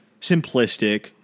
simplistic